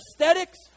Aesthetics